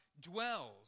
dwells